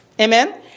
Amen